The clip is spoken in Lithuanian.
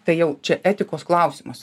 tai jau čia etikos klausimas